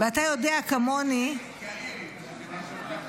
ואתה יודע כמוני --- יאיר הירש.